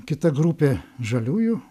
kita grupė žaliųjų